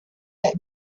that